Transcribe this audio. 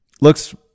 Looks